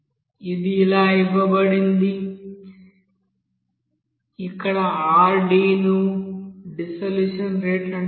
ఇది ఇలా ఇవ్వబడింది ఇక్కడ Rd ను డిసోలుషన్ రేటు అంటారు